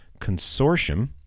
consortium